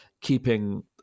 keeping